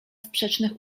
sprzecznych